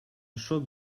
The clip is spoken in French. choc